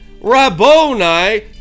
Rabboni